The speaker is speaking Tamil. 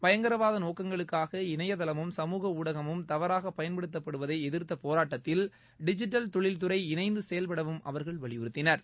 பயங்கரவாதநோக்கங்களுக்காக இணையதளமும் சமூக ஊடகமும் தவறாகபயன்படுத்தப்படுவதைஎதிர்த்தபோராட்டத்தில் டிஜிட்டல் தொழில்துறை இணைந்துசெயல்படவும் அவா்கள் வலியுறுத்தினர்